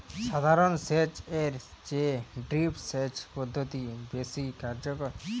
সাধারণ সেচ এর চেয়ে ড্রিপ সেচ পদ্ধতি বেশি কার্যকর